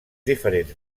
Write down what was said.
diferents